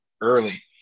early